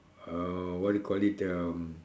uh what you call it the